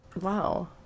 Wow